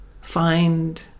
find